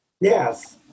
Yes